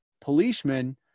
policemen